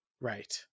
Right